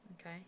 Okay